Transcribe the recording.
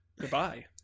Goodbye